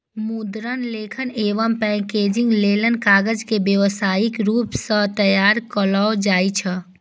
मुद्रण, लेखन एवं पैकेजिंग लेल कागज के व्यावसायिक रूप सं तैयार कैल जाइ छै